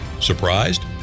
Surprised